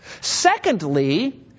Secondly